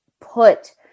put